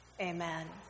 Amen